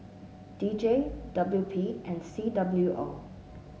D J W P and C W O